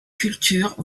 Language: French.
cultures